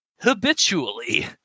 Habitually